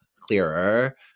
clearer